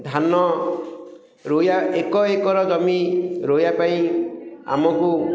ଧାନ ଏକ ଏକର ଜମି ରୋଇବା ପାଇଁ ଆମକୁ